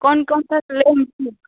कौन कौन सा लेंगी फूल